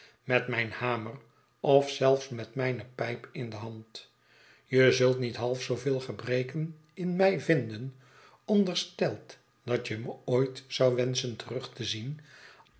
met mijn hamer ofzelfsmet mijne pijp in de hand je zult niet half zooveel gebreken in mij vinden ondersteld dat je me ooit zou wenschen terug te zien